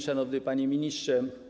Szanowny Panie Ministrze!